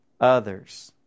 others